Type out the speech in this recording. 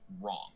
wrong